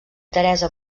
teresa